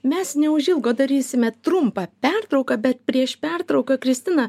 mes neužilgo darysime trumpą pertrauką bet prieš pertrauką kristina